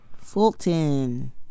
Fulton